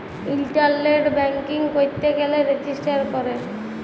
ইলটারলেট banking ক্যইরতে গ্যালে register ক্যরে